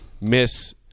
miss